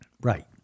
Right